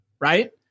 right